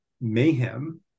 Mayhem